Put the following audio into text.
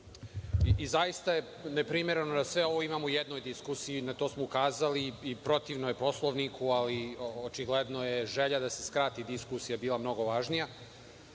i zaista je neprimereno da sve ovo imamo u jednoj diskusiji, na to smo ukazali i protivno je Poslovniku, ali očigledno je da želja da se skrati diskusija, bila mnogo važnija. Počeću